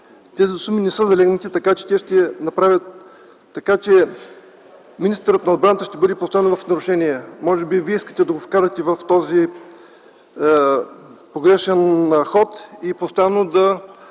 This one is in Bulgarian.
Те ще направят така, че министърът на отбраната ще бъде поставен в нарушение. Може би вие искате да го вкарате в този погрешен ход и постоянно да